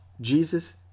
Jesus